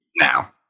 now